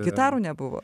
gitarų nebuvo